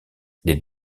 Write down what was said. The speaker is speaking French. les